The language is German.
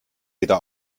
wieder